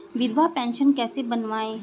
विधवा पेंशन कैसे बनवायें?